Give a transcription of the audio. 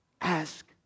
Ask